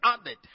added